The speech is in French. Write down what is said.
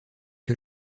que